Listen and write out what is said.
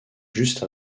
juste